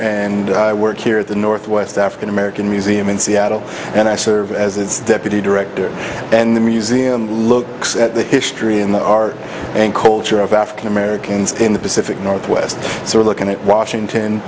and i work here at the northwest african american museum in seattle and i serve as its deputy director and the museum looks at the history and the art and culture of african americans in the pacific northwest so we're looking at washington